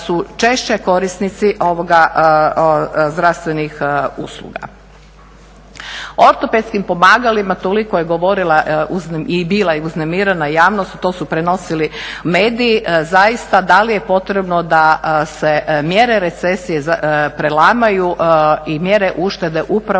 su češće korisnici zdravstvenih usluga. Ortopedskim pomagalima, toliko je govorila i bila je uznemirena javnost, to su prenosili mediji. Zaista da li je potrebno da se mjere recesije prelamaju i mjere uštede upravo